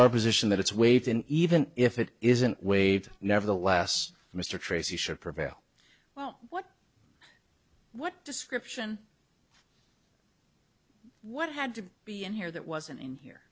our position that it's waived in even if it isn't waived nevertheless mr tracy should prevail well what what description what had to be in here that wasn't in here